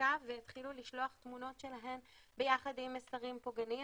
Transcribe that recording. למדבקה והתחילו לשלוח תמונות שלהן ביחד עם מסרים פוגעניים,